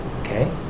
Okay